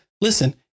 Listen